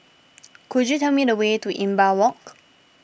could you tell me the way to Imbiah Walk